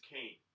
Cain